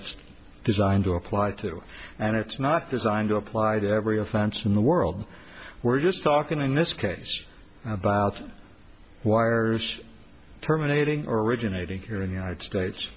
it's designed to apply to and it's not designed to apply to every offense in the world we're just talking in this case about wires terminating originating here in the united states